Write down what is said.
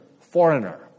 foreigner